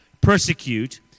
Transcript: persecute